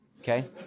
okay